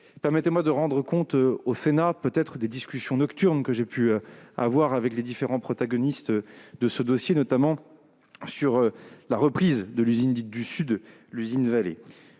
Permettez-moi de rendre compte au Sénat des discussions nocturnes que j'ai pu avoir avec les différents protagonistes de ce dossier, notamment sur la reprise de l'usine dite « du Sud », l'usine Vale.